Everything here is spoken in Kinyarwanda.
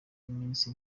iminsi